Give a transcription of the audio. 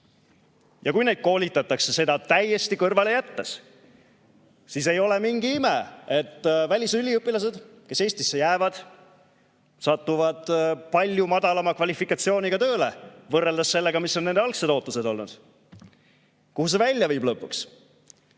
Kui neid koolitatakse seda täiesti kõrvale jättes, siis ei ole mingi ime, et välisüliõpilased, kes Eestisse jäävad, satuvad palju madalama kvalifikatsiooniga tööle, võrreldes sellega, mis on nende algsed ootused olnud. Kuhu see lõpuks